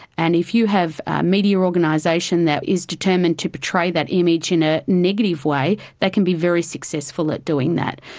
and if you have a media organisation that is determined to portray that image in a negative way, they can be very successful at doing that.